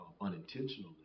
unintentionally